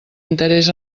interès